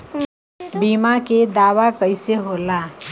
बीमा के दावा कईसे होला?